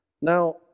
Now